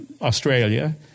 Australia